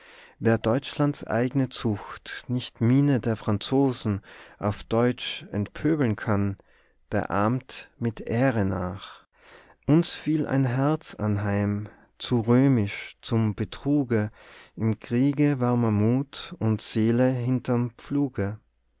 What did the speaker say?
wer deutschlands eigne zucht nicht mine der franzosen auf deutsch entpöbeln kann der ahmt mit ehre nach uns fiel ein herz anheim zu römisch zum betruge im kriege warmer mut und seele hinterm pfluge